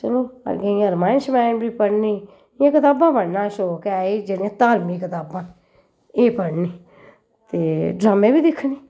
चलो अग्गैं इयां रमायण शमायन बी पढ़नी इ'यां कताबां पढ़ने दा शौंक ऐ एह् जेह्ड़ियां धार्मिक कताबां न एह् पढ़नी ते ड्रामें बी दिक्खनी